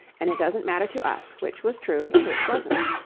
and it doesn't matter to us, which was true and which wasn't.